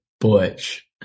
Butch